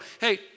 hey